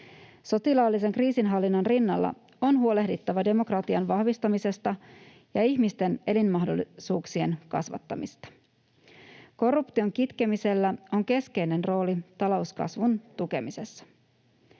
Sotilaallisen kriisinhallinnan rinnalla on huolehdittava demokratian vahvistamisesta ja ihmisten elinmahdollisuuksien kasvattamisesta. Korruption kitkemisellä on keskeinen rooli talouskasvun tukemisessa.